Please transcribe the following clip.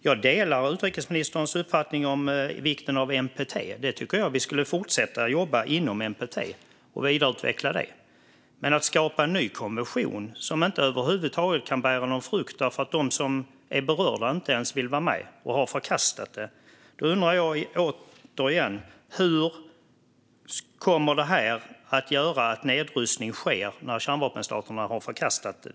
Jag delar utrikesministerns uppfattning om vikten av NPT. Jag tycker att vi skulle fortsätta jobba inom NPT och vidareutveckla det. Men att skapa en ny konvention, som inte över huvud taget kan bära frukt eftersom de som är berörda inte ens vill vara med och har förkastat konventionen - hur kommer det att göra att nedrustning sker?